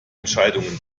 entscheidungen